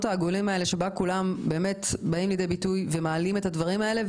העגולים בהם כולם באים לידי ביטוי ומעלים את הדברים האלה,